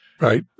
right